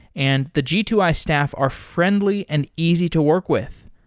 and the g two i staff are friendly and easy to work with.